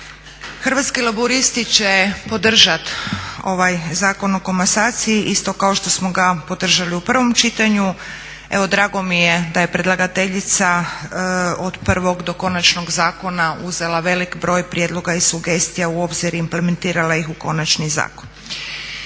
Hrvatski laburisti će podržati ovaj Zakon o komasaciji isto kao što smo ga podržali u prvom čitanju. Evo drago mi je da je predlagateljica od prvog do konačnog zakona uzela velik broj prijedloga i sugestija u obzir i implementirala ih u konačni zakon.